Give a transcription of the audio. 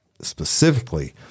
specifically